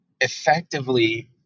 effectively